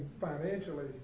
financially